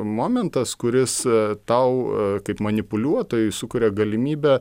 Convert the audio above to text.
momentas kuris tau kaip manipuliuotojui sukuria galimybę